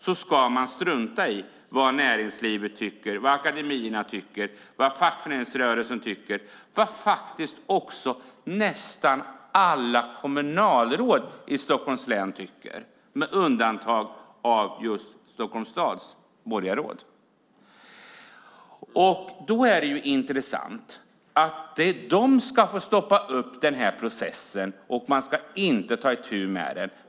Då ska man strunta i vad näringslivet tycker, vad akademierna tycker, vad fackföreningsrörelsen tycker, vad faktiskt också nästan alla kommunalråd i Stockholms län tycker med undantag för just Stockholms stads borgarråd. Det är intressant att de ska få stoppa processen och att man inte ska ta itu med den.